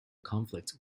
conflict